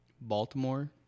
Baltimore